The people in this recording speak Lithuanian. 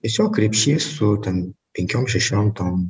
tiesiog krepšys su ten penkiom šešiom tom